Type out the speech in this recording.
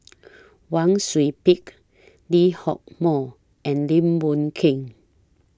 Wang Sui Pick Lee Hock Moh and Lim Boon Keng